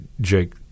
Jake